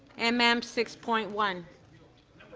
and mm um six point one.